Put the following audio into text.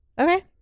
Okay